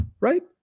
right